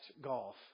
golf